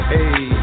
Hey